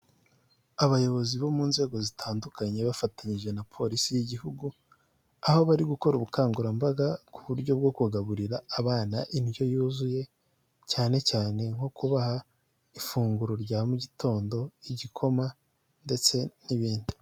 Abayobozi bo mu nzego zitandukanye bafatanyije na polisi y'igihugu, aho bari gukora ubukangurambaga ku buryo bwo kugaburira abana indyo yuzuye, cyane cyane nko kubaha ifunguro rya mugitondo, igikoma, ndetse n'ibindi.